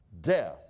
death